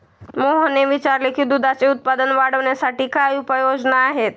मोहनने विचारले की दुधाचे उत्पादन वाढवण्यासाठी काय उपाय योजना आहेत?